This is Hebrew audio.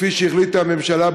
כפי שהחליטה הממשלה,